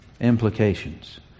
implications